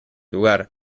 lugar